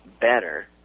better